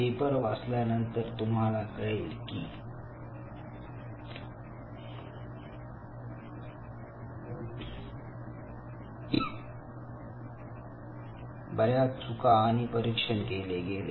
paper वाचल्या नंतर तुम्हाला कळेल की बऱ्याच चुका आणि परीक्षण केले गेले